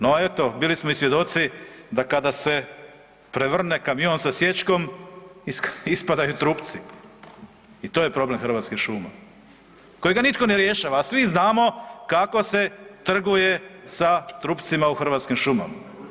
No eto, bili smo i svjedoci da kada se prevrne kamion sa sječkom ispadaju trupci i to je problem Hrvatskih šuma kojega nitko ne rješava a svi znamo kako se trguje sa trupcima u Hrvatskim šumama.